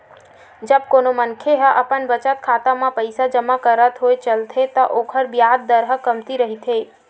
जब कोनो मनखे ह अपन बचत खाता म पइसा जमा करत होय चलथे त ओखर बियाज दर ह कमती रहिथे